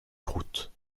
croûte